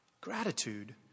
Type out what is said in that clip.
Gratitude